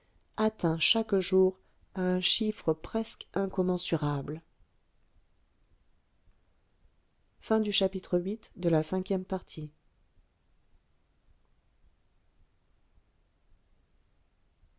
atteint chaque jour à un chiffre presque incommensurable